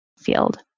field